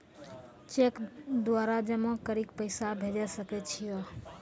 Cheque द्वारा जमा करि के पैसा भेजै सकय छियै?